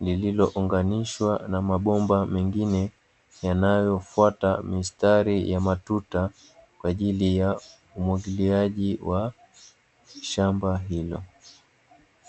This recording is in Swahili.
lililo unganishwa na mabomba mengine yanayo fuata mistari ya matuta kwaajili ya umwagiliaji wa shamba hilo.